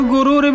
Guru